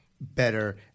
better